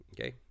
Okay